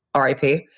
RIP